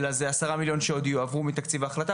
אלא זה עשרה מיליון שעוד יועברו מתקציב ההחלטה,